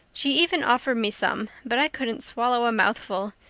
she even offered me some, but i couldn't swallow a mouthful.